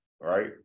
right